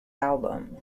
album